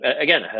again